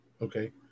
Okay